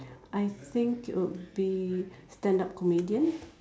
I think it would be stand up comedian